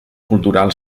cultural